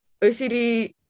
OCD